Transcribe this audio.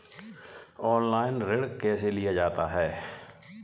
Online ऋण कैसे लिया जाता है?